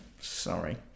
sorry